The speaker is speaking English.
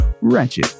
Wretched